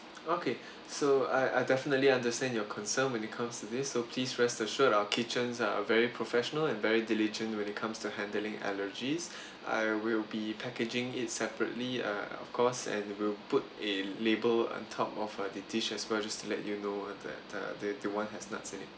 okay so I I definitely understand your concern when it comes to this so please rest assured our kitchens are very professional and very diligent when it comes to handling allergies I will be packaging it separately uh of course and we'll put a label on top of uh the dish as well just to let you know that uh the the one has nuts in it